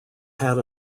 had